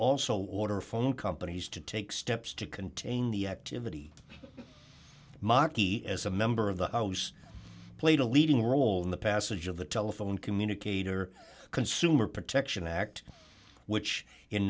also order phone companies to take steps to contain the activity maki as a member of the house played a leading role in the passage of the telephone communicator consumer protection act which in